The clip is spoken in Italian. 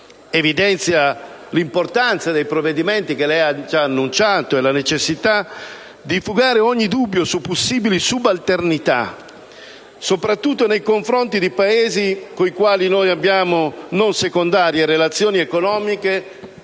evidenzia l'importanza dei provvedimenti che lei ha già annunciato e la necessità di fugare ogni dubbio su possibili subalternità, soprattutto nei confronti di Paesi con i quali abbiamo non secondarie relazioni economiche,